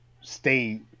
stay